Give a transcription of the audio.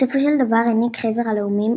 בסופו של דבר העניק חבר הלאומים